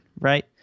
Right